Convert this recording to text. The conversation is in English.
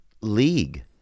league